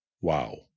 Wow